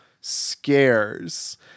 scares